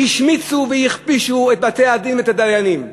השמיצו והכפישו את בית-הדין ואת הדיינים.